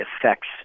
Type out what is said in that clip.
affects